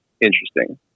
interesting